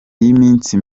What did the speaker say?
y’iminsi